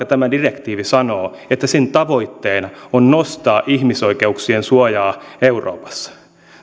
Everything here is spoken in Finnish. tämä direktiivi sanoo että sen tavoitteena on nostaa ihmisoikeuksien suojaa euroopassa